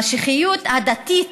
המשיחיות הדתית